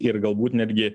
ir galbūt netgi